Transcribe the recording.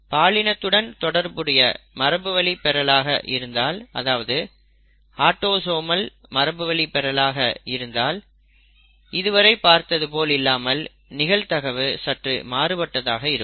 பாலினத்துடன் தொடர்புடைய மரபுவழி பெறலாக இருந்தால் அதாவது ஆட்டோசோமல் மரபுவழி பெறலாக இருந்தால் இதுவரை பார்த்தது போல் இல்லாமல் நிகழ்தகவு சற்று மாறுபட்டதாக இருக்கும்